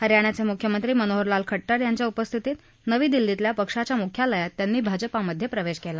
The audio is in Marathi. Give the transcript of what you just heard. हरियाणाचे मुख्यमंत्री मनोहरलाल खट्टर यांच्या उपस्थितीत नवी दिल्लीतल्या पक्षाच्या मुख्यालयात त्यांनी भाजपमध्ये प्रवेश केला